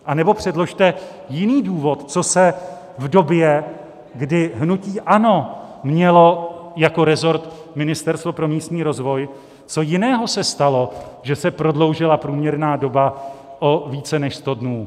Anebo předložte jiný důvod, co se v době, kdy hnutí ANO mělo jako resort Ministerstvo pro místní rozvoj, jiného stalo, že se prodloužila průměrná doba o více než 100 dnů.